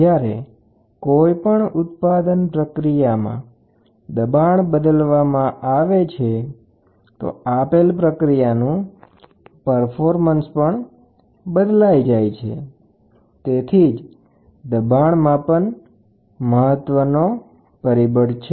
જ્યારે કોઈપણ ઉત્પાદન પ્રક્રિયામાં દબાણ બદલવામાં આવે તો આપેલ પ્રક્રિયાની કામગીરી પણ બદલાય છે તેથી જ દબાણ માપન પણ ખૂબ મહત્વનું છે